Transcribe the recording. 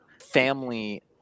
family